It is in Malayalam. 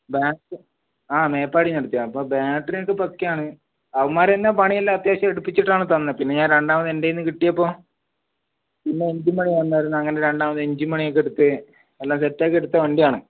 ബാക്ക് അ മേപ്പാടിന്ന് എടുത്ത വണ്ടിയാണ് ബാറ്റെറിയൊക്കെ പക്കയാണ് അവന്മാർ തന്നെ പണിയെല്ലാം അത്യാവശ്യം എടുപ്പിച്ചിട്ടാണ് തന്നത് പിന്നെ രണ്ടാമത് എൻ്റെ കയ്യിൽ കിട്ടിയപ്പം പിന്നെ എൻജിൻ പണിയുണ്ടായിരുന്നു അങ്ങനെ രണ്ടാമത് എൻജിൻ പണിയെടുത്ത് എല്ലാം സെറ്റ് ആക്കിയെടുത്ത വണ്ടിയാണ്